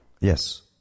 Yes